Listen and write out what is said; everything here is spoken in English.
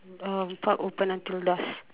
uh park open until dusk